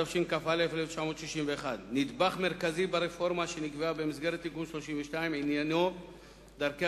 התשכ"א 1961. נדבך מרכזי ברפורמה שנקבעה במסגרת תיקון 32 עניינו דרכי